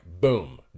boom